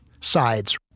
sides